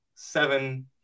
seven